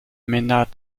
mena